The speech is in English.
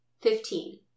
Fifteen